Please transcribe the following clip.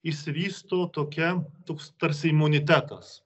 išsivysto tokia toks tarsi imunitetas